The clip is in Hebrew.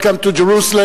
Welcome to Jerusalem,